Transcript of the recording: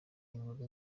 inkuru